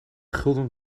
gulden